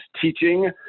teaching